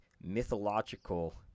mythological